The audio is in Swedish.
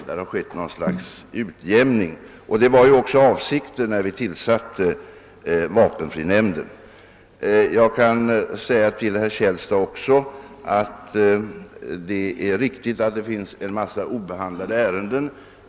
Här har alltså skett något slags utjämning, och det var ju även avsikten när vi tillsatte vapenfrinämnden. Det är riktigt som herr Källstad säger att det finns en mängd obehandlade ärenden.